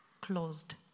Closed